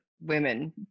women